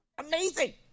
Amazing